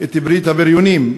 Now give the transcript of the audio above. את 'ברית הבריונים'.